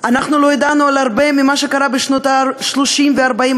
אנחנו לא ידענו על הרבה ממה שקרה בשנות ה-30 וה-40,